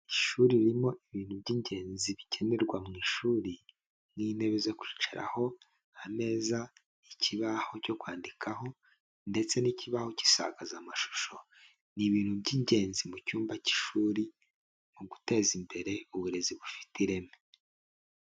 Ishuri ririmo ibintu by'ingenzi bikenerwa mu ishuri nk'intebe zo kwicaraho, ameza, ikibaho cyo kwandikaho ndetse n'ikibaho cy'isakazamashusho, ni ibintu by'ingenzi mu cyumba cy'ishuri mu guteza imbere uburezi bufite ireme.